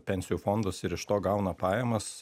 pensijų fondus ir iš to gauna pajamas